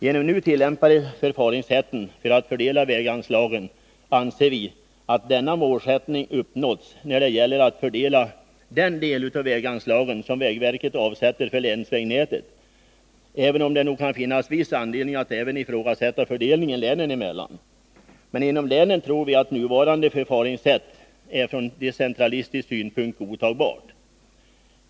Genom de nu tillämpade förfaringssätten för att fördela väganslagen anser vi att denna målsättning uppnåtts när det gäller att fördela den del av väganslagen som vägverket avsätter för länsvägnätet, även om det nog kan finnas viss anledning att även ifrågasätta fördelningen länen emellan. Men vi tror att inom länen nuvarande förfaringssätt är godtagbart från decentralistisk synpunkt.